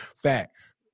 Facts